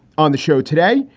on the show today,